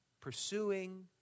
pursuing